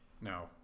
No